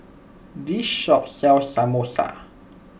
this shop sells Samosa